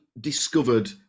discovered